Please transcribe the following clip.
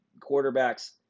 quarterbacks –